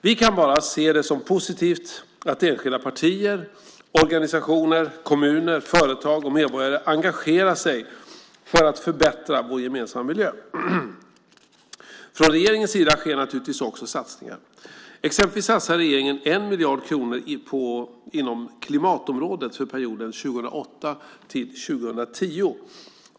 Vi kan bara se det som positivt att enskilda partier, organisationer, kommuner, företag och medborgare engagerar sig för att förbättra vår gemensamma miljö. Från regeringens sida sker naturligtvis också satsningar. Exempelvis satsar regeringen 1 miljard kronor inom klimatområdet för perioden 2008-2010.